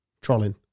Trolling